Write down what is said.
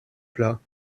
plats